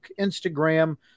Instagram